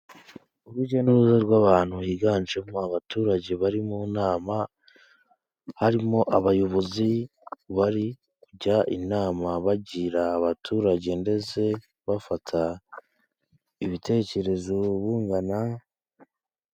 Urujya n'uruza rw'abantu biganjemo abaturage bari mu nama, harimo abayobozi bari kujya inama, bagira abaturage, ndetse bafata ibitekerezo bungana...